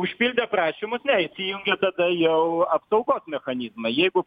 užpildę prašymus ne įsijungia tada jau apsaugos mechanizmą jeigu